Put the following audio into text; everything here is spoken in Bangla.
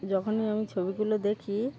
যখনই আমি ছবিগুলো দেখি